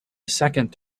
second